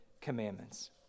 commandments